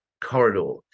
corridor